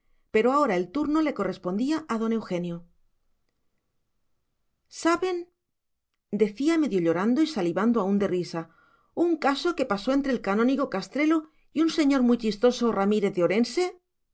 pero ahora el turno le correspondía a don eugenio saben decía medio llorando y salivando aún de risa un caso que pasó entre el canónigo castrelo y un señor muy chistoso ramírez de orense